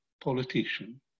politician